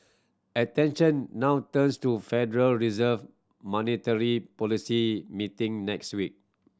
attention now turns to Federal Reserve monetary policy meeting next week